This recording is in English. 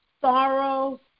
sorrow